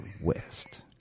west